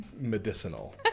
medicinal